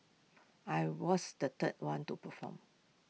I was the third one to perform